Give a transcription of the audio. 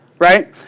Right